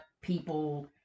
people